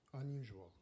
unusual